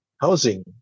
housing